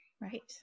Right